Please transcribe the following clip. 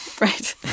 Right